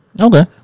Okay